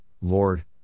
Lord